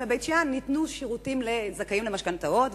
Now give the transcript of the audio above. בבית-שאן ניתנו שירותים לזכאים למשכנתאות.